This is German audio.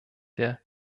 der